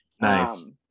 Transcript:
nice